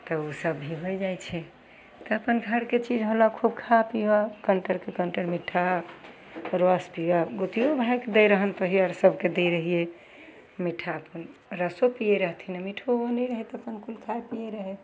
तब ओसब भी होइ जाइ छै अपन घरके चीज होलऽ खूब खा पिअऽ कण्टरके कण्टर मिठ्ठा रस पिअऽ गोतिओ भाइकेँ दै रहनि तहिआ सभकेँ दै रहिए मिठ्ठा अपन रसो पिए रहथिन आओर मिठ्ठो ओहने रहै अपन कुल खाइ पिए रहै